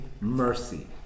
mercy